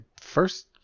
first